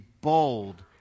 bold